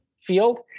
field